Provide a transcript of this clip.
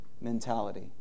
mentality